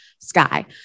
sky